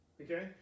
Okay